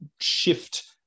shift